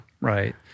Right